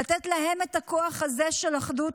לתת להם את הכוח הזה של אחדות,